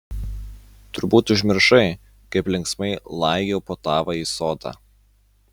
turbūt užmiršai kaip linksmai laigiau po tavąjį sodą